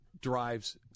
drives